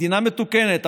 מדינה מתוקנת,